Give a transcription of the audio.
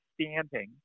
standing